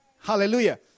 Hallelujah